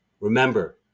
Remember